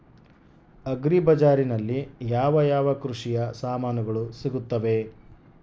Agri ಬಜಾರಿನಲ್ಲಿ ಯಾವ ಯಾವ ಕೃಷಿಯ ಸಾಮಾನುಗಳು ಸಿಗುತ್ತವೆ?